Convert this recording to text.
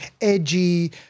edgy